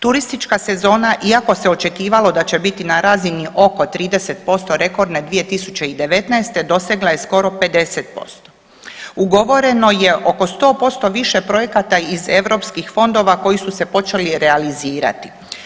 Turistička sezona iako se očekivalo da će biti na razini oko 30% rekordne 2019. dosegla je skoro 50%. ugovoreno je oko 100% više projekata iz eu fondova koji su se počeli realizirati.